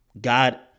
God